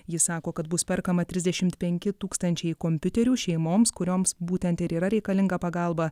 jis sako kad bus perkama trisdešimt penki tūkstančiai kompiuterių šeimoms kurioms būtent ir yra reikalinga pagalba